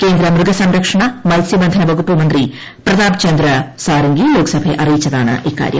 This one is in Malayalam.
കേന്ദ്ര മൃഗസംരക്ഷണ മത്സൃ ബന്ധന വകുപ്പ് മന്ത്രി പ്രതാപ് ചന്ദ്ര സാരംഗി ലോക്സഭയെ അറിയിച്ചതാണിക്കാര്യം